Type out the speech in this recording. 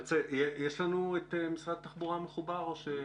משרד התחבורה מחובר לדיון?